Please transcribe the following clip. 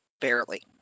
Barely